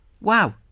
Wow